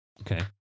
Okay